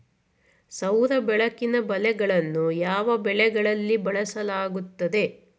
ಸೌರ ಬೆಳಕಿನ ಬಲೆಗಳನ್ನು ಯಾವ ಬೆಳೆಗಳಲ್ಲಿ ಬಳಸಲಾಗುತ್ತದೆ?